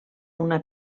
una